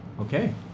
Okay